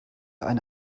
eine